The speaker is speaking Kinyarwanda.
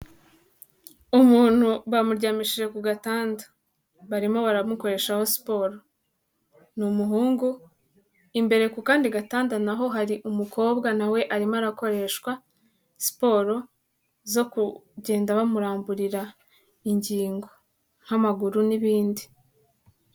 Umuntu bamuryamishije ku gatanda, barimo baramukoreshaho siporo, ni umuhungu imbere ku kandi gatanda na ho hari umukobwa nawe arimo arakoreshwa siporo zo kugenda bamuramburira ingingo nk'amaguru n'ibindi.